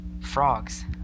frogs